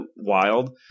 wild